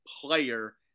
player